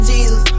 Jesus